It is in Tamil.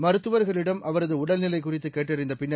மருத்துவர்களிடம் அவரது உடல்நிலை குறித்து கேட்டறிந்த பின்னர்